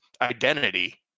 identity